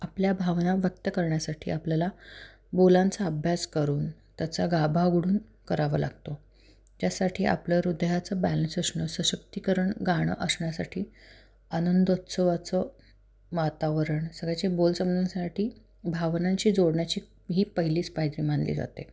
आपल्या भावना व्यक्त करण्यासाठी आपल्याला बोलांचा अभ्यास करून त्याचा गाभा उघडून करावं लागतो त्यासाठी आपलं हृदयाचं बॅलन्स असणं सशक्तीकरण गाणं असण्यासाठी आनंदोत्सवाचं वातावरण सगळ्याचे बोल साठी भावनांशी जोडण्याची ही पहिलीच पायरी मानली जाते